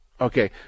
Okay